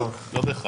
לא בהכרח.